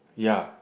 ya